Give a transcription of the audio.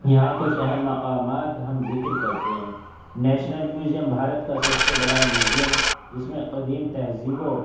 یہاں کچھ اہم مقامات ہم ذکر کرتے ہیں نیشنل میوزیم بھارت کا سب سے بڑا میوزیم جس میں قدیم تہذیب و